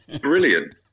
brilliant